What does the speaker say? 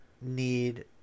need